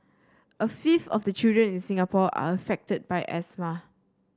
a fifth of the children in Singapore are affected by asthma